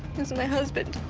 he's my husband.